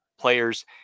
players